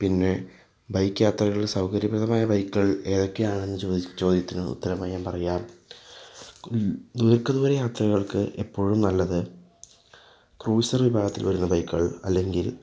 പിന്നെ ബൈക്ക് യാത്രകളിൽ സൗകര്യപ്രദമായ ബൈക്കുകൾ ഏതൊക്കെയാണെന്നു ചോദിച്ചാൽ ചോദ്യത്തിന് ഉത്തരമായി ഞാൻ പറയാം ദീർഘദൂര യാത്രകൾക്ക് എപ്പോഴും നല്ലത് ക്രൂസർ വിഭാഗത്തിൽ വരുന്ന ബൈക്കുകൾ അല്ലെങ്കിൽ